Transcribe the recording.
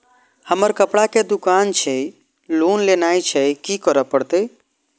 हमर कपड़ा के दुकान छे लोन लेनाय छै की करे परतै?